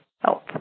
health